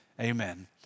Amen